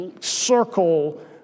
circle